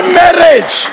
marriage